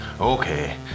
Okay